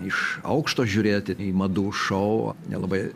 iš aukšto žiūrėti į madų šou nelabai